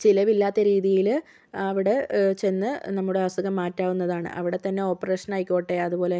ചിലവില്ലാത്ത രീതിയില് അവിടെ ചെന്ന് നമ്മുടെ അസുഖം മാറ്റാവുന്നതാണ് അവിടെ തന്നെ ഓപ്പറേഷൻ ആയിക്കോട്ടെ അതുപോലെ